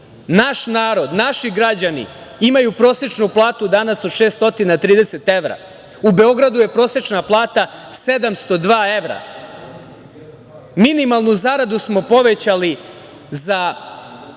naš narod, naši građani imaju prosečnu platu danas od 630 evra. U Beogradu je prosečna plata 702 evra. Minimalnu zaradu smo povećali za